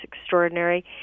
extraordinary